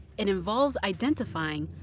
and involves identifying,